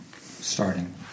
starting